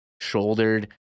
shouldered